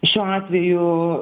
šiuo atveju